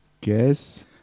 guess